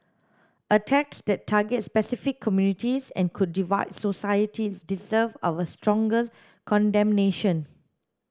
attacks that target specific communities and could divide societies deserve our strongest condemnation